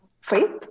faith